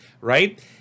right